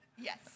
Yes